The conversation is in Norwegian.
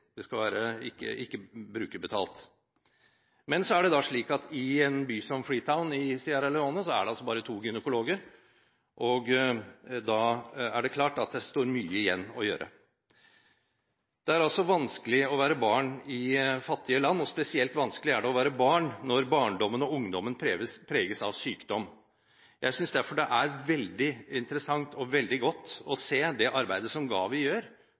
ikke brukerbetalt, men i en by som Freetown i Sierra Leone er det altså bare to gynekologer, og da er det klart at det står mye igjen å gjøre. Det er vanskelig å være barn i fattige land, og spesielt vanskelig er det å være barn når barndommen og ungdommen preges av sykdom. Jeg synes derfor det er veldig interessant og veldig godt å se det arbeidet som GAVI gjør for å gjennomføre vaksineprogrammer. Det er vanskelig nok å være ung i et fattig land, og det gjør